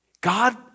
God